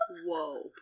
Whoa